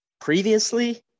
Previously